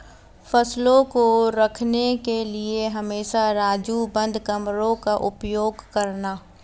फसलों को रखने के लिए हमेशा राजू बंद कमरों का उपयोग करना